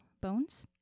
bones